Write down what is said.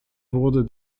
wurde